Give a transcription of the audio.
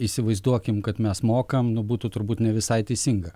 įsivaizduokim kad mes mokam nu būtų turbūt ne visai teisinga